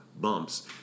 bumps